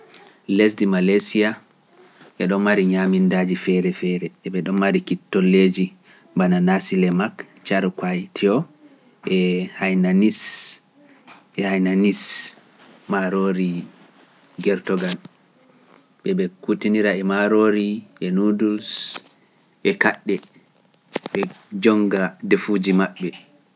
Lesdi Malesiya e ɗo mari ñamindaaji feere feere, e ɓe ɗo mari kittolleeji bananasile mak, carquois, tew, e hainanis, e hainanis, maaroori gertogal, e ɓe kutinira e maaroori, e nuuduus, e kaɗɗe, e jonnga defuuji maɓɓe.